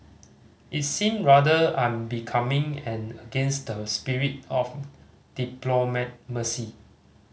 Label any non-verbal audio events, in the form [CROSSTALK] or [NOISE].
it seemed rather unbecoming and against the spirit of [UNINTELLIGIBLE]